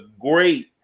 great